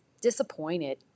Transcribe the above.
disappointed